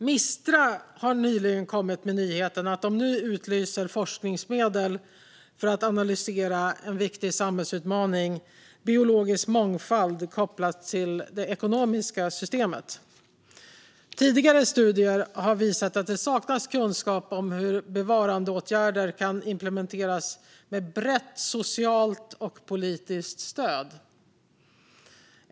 Mistra har nyligen kommit med nyheten att de nu utlyser forskningsmedel för att analysera en viktig samhällsutmaning: biologisk mångfald kopplat till det ekonomiska systemet. Tidigare studier har visat att det saknas kunskap om hur bevarandeåtgärder kan implementeras med brett socialt och politiskt stöd.